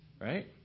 right